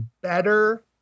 better